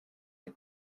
the